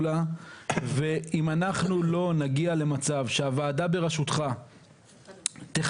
ואם אנחנו לא נגיע למצב שהוועדה ברשותך תחייב